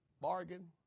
Bargain